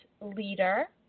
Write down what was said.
leader